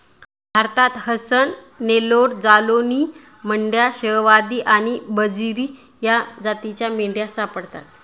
भारतात हसन, नेल्लोर, जालौनी, मंड्या, शाहवादी आणि बजीरी या जातींच्या मेंढ्या सापडतात